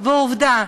עובדה,